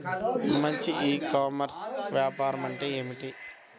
మంచి e commerce వ్యాపారం ఏమిటీ?